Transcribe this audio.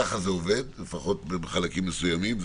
ככה זה עובד, לפחות בחלקים מסוימים.